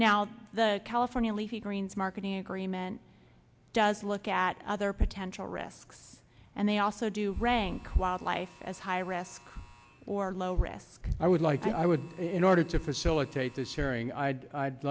now the california leafy greens marketing agreement does look at other potential risks and they also do rank wildlife as high risk or low risk i would like i would in order to facilitate this sharing i'd